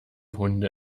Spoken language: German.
hunde